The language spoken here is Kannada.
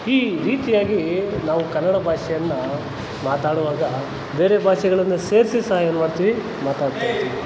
ಈ ರೀತಿಯಾಗಿ ನಾವು ಕನ್ನಡ ಭಾಷೆಯನ್ನ ಮಾತಾಡೋವಾಗ ಬೇರೆ ಭಾಷೆಗಳನ್ನ ಸೇರಿಸಿ ಸಹ ಏನು ಮಾಡ್ತೀವಿ ಮಾತಾಡ್ತಾ ಇರ್ತೀವಿ